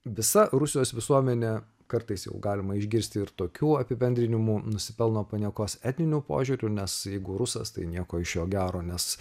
visa rusijos visuomenė kartais jau galima išgirsti ir tokių apibendrinimų nusipelno paniekos etniniu požiūriu nes jeigu rusas tai nieko iš jo gero nes